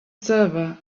silver